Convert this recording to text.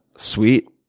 sweet.